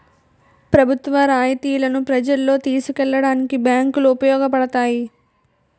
ప్రభుత్వ రాయితీలను ప్రజల్లోకి తీసుకెళ్లడానికి బ్యాంకులు ఉపయోగపడతాయి